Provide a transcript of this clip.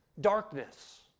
darkness